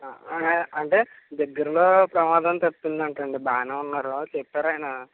అంటే దగ్గర్లో ప్రమాదం తప్పిందంటండి బాగానే ఉన్నారు చెప్పారాయిన